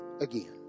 again